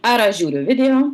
ar aš žiūriu video